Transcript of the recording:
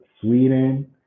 Sweden